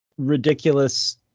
ridiculous